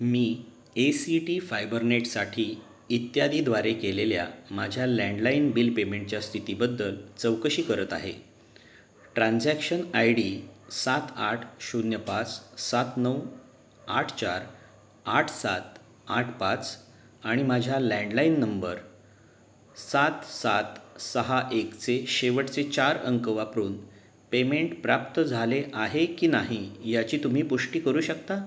me A C T फायबरनेटसाठी इत्यादीद्वारे केलेल्या माझ्या लँडलाईन बिल पेमेंटच्या स्थितीबद्दल चौकशी करत आहे ट्रान्झॅक्शन आय डी सात आठ शून्य पाच सात नऊ आठ चार आठ सात आठ पाच आणि माझ्या लँडलाईन नंबर सात सात सहा एकचे शेवटचे चार अंक वापरून पेमेंट प्राप्त झाले आहे की नाही याची तुम्ही पुष्टी करू शकता